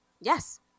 Yes